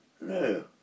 No